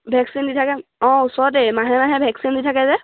vaccine দি থাকে অঁ ওচৰতেই মাহে মাহে ভেকচিন দি থাকে যে